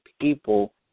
people